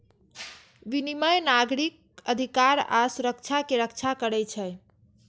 विनियम नागरिक अधिकार आ सुरक्षा के रक्षा करै छै